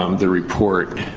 um the report.